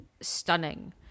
stunning